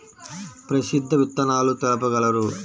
ప్రసిద్ధ విత్తనాలు తెలుపగలరు?